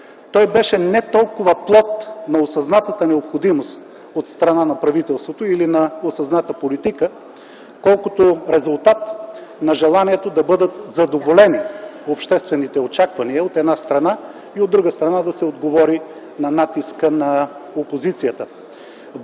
той беше не толкова плод на осъзнатата необходимост от страна на правителството или на осъзната политика, колкото резултат на желанието да бъдат задоволени обществените очаквания, от една страна, а от друга страна да се отговори на натиска на опозицията.